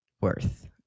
worth